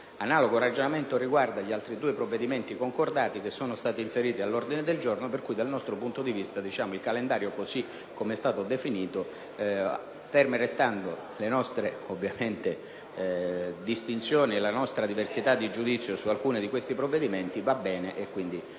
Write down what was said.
Analogo ragionamento riguarda gli altri due provvedimenti concordati e inseriti all'ordine del giorno, per cui, dal nostro punto di vista, il calendario, per come è stato definito e ferme restando le nostre distinzioni e le nostre diversità di giudizio su alcuni provvedimenti, è accettabile.